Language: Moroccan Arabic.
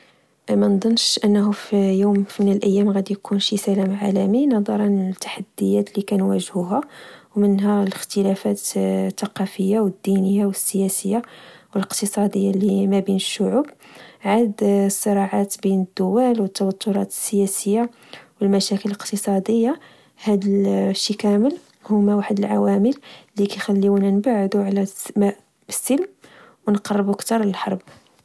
منضنش أنه في يوم من الأيام غدي يكون شي سلام عالمي، نظرا للتحديات لكنواجهوها، منها الإختلافات التقافية، و الدينية ، و السياسية ، و الإقتصادية اللي مبين الشعوب. عاد الصراعات مبين الدول و التوترات السياسية و المشاكل الإقتصادية، هدشي كامل هما واحد العوامل اللي كخليونا نبعدو على السلم، ونقربو كتر للحرب